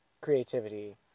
creativity